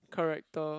character